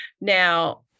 Now